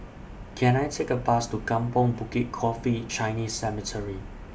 Can I Take A Bus to Kampong Bukit Coffee Chinese Cemetery